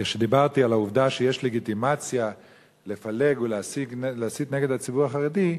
כשדיברתי על העובדה שיש לגיטימציה לפלג ולהסית נגד הציבור החרדי,